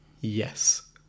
Yes